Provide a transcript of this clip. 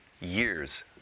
years